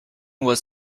was